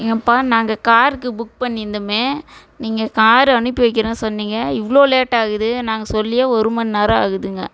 ஏன்ப்பா நாங்கள் காருக்கு புக் பண்ணியிருந்தேமே நீங்கள் காரு அனுப்பி வைக்கிறேன்னு சொன்னீங்க இவ்வளோ லேட்டாக ஆகுது நாங்கள் சொல்லியே ஒரு மணி நேரம் ஆகுதுங்க